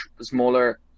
smaller